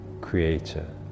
creator